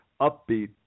upbeat